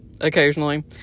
occasionally